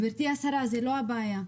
גברתי השרה, לא זאת הבעיה.